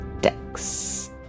Dex